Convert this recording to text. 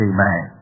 Amen